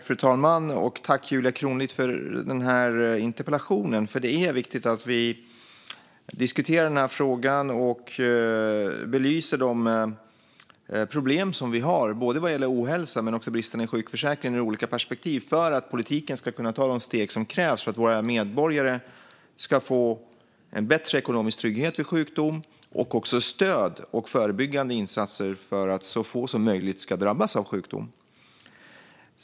Fru talman! Tack, Julia Kronlid, för interpellationen! Det är viktigt att vi diskuterar denna fråga och belyser de problem som vi har, både vad gäller ohälsa och bristerna i sjukförsäkringen, ur olika perspektiv för att politiken ska kunna ta de steg som krävs för att våra medborgare ska få bättre ekonomisk trygghet vid sjukdom och också stöd och förebyggande insatser för att så få som möjligt ska drabbas av sjukdom.